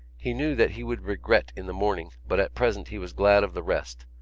he knew that he would regret in the morning but at present he was glad of the rest,